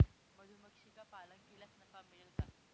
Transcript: मधुमक्षिका पालन केल्यास नफा मिळेल का?